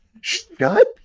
shut